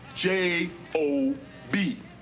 J-O-B